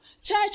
Church